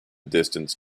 distance